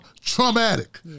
traumatic